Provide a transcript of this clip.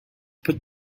put